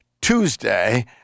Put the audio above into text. Tuesday